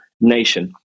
nation